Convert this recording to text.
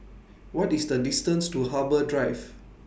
What IS The distance to Harbour Drive